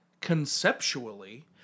conceptually